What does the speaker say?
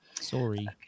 Sorry